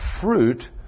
fruit